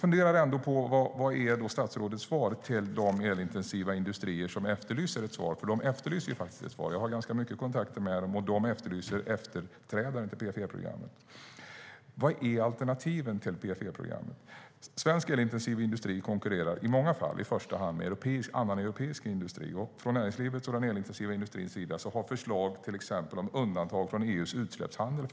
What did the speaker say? Vad är då statsrådets svar till de elintensiva industrier som efterlyser ett svar? De efterlyser faktiskt ett svar. Jag har ganska mycket kontakter med dem, och de efterlyser efterträdaren till PFE-programmet. Vad är alternativen till PFE-programmet? Svensk elintensiv industri konkurrerar i många fall i första hand med annan europeisk industri. Näringslivet och den elintensiva industrin har fört fram förslag om undantag från EU:s utsläppshandel.